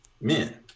men